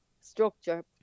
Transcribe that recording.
structure